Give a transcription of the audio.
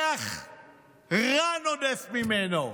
ריח רע נודף ממנו.